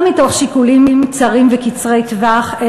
לא מתוך שיקולים צרים וקצרי טווח,